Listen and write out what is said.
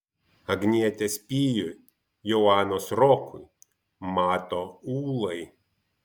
agnietės pijui joanos rokui mato ūlai